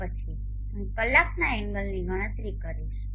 તે પછી હું કલાકના એંગલની ગણતરી કરીશ